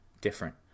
different